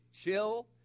chill